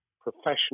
professional